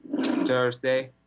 Thursday